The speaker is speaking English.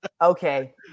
Okay